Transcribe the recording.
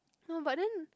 no but then